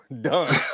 Done